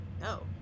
No